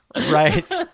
right